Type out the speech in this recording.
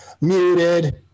Muted